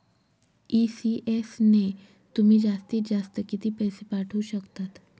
ECS ने तुम्ही जास्तीत जास्त किती पैसे पाठवू शकतात?